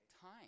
time